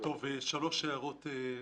שלוש הערות.